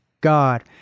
God